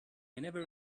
never